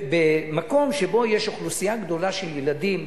במקום שבו יש אוכלוסייה גדולה של ילדים,